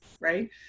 right